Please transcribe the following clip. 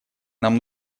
нам